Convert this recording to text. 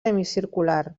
semicircular